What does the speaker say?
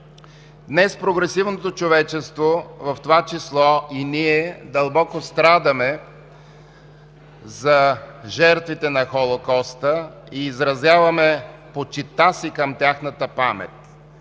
Днес прогресивното човечество, в това число и ние, дълбоко страдаме за жертвите на Холокоста и изразяваме почитта си към тяхната памет.